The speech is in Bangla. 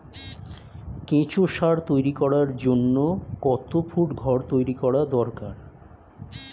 কেঁচো সার তৈরি করার জন্য কত ফুট ঘর তৈরি করা দরকার?